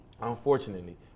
Unfortunately